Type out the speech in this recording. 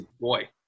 Boy